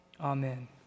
Amen